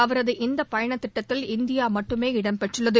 அவரது இந்த பயணத் திட்டத்தில் இந்தியா மட்டுமே இடம்பெற்றுள்ளது